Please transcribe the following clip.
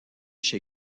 chez